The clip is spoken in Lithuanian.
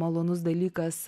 malonus dalykas